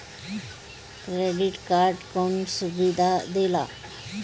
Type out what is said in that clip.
Credit card कौन सुबिधा देला?